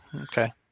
Okay